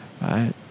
right